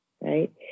right